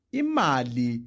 imali